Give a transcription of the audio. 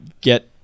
get